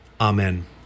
Amen